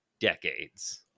decades